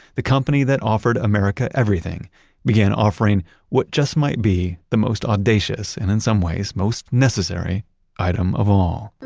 the company that offered america everything began offering what just might be the most audacious, and in some ways, most necessary item of all. and,